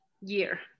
year